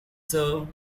served